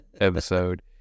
episode